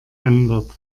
ändert